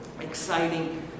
Exciting